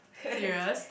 serious